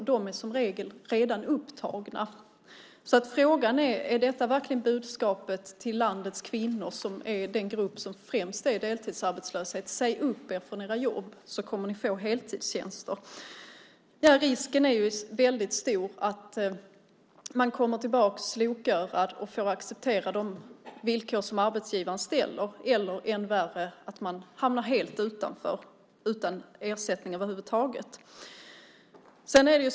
Dessa är som regel redan upptagna, så frågan är: Är budskapet till landets kvinnor, som är den grupp som främst är deltidsarbetslös, att de ska säga upp sig från sina jobb för att därmed få heltidstjänster? Risken är väldigt stor att man kommer tillbaka slokörad och får acceptera de villkor som arbetsgivaren ställer eller, ännu värre, att man hamnar helt utanför, utan någon ersättning över huvud taget.